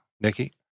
Nikki